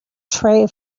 tray